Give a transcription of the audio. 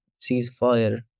ceasefire